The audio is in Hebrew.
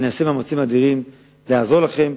אני אעשה מאמצים אדירים לעזור לכם,